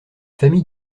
famille